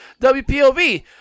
WPOV